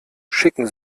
schicken